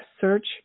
search